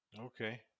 okay